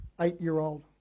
eight-year-old